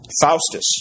Faustus